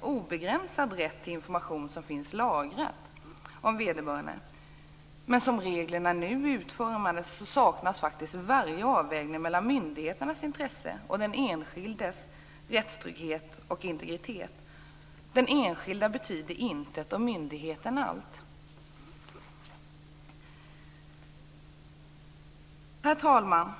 obegränsad rätt till den information som finns lagrad om vederbörande. Men som reglerna nu är utformade saknas faktiskt varje avvägning mellan myndigheternas intresse och den enskildes rättstrygghet och integritet. Den enskilde betyder intet och myndigheten allt. Herr talman!